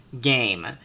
game